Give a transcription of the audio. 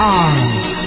arms